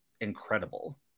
incredible